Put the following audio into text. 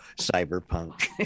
cyberpunk